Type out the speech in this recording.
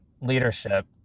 leadership